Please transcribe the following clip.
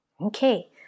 Okay